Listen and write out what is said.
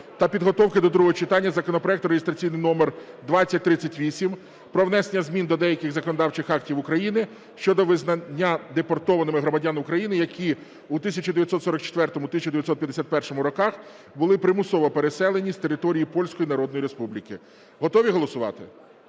та підготовки до другого читання законопроект (реєстраційний номер 2038) про внесення змін до деяких законодавчих актів України щодо визнання депортованими громадян України, які у 1944-1951 роках були примусово переселені з території Польської Народної Республіки. Готові голосувати?